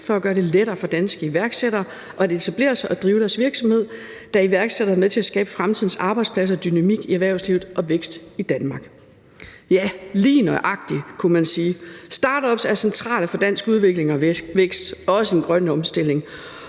for at gøre det lettere for danske iværksættere at etablere sig og drive deres virksomhed, da iværksættere er med til at skabe fremtidens arbejdspladser, dynamik i erhvervslivet og vækst i Danmark.« Ja, lige nøjagtig, kunne man sige. Startups er centrale for dansk udvikling og vækst, også den grønne omstilling,